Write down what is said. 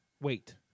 wait